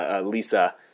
Lisa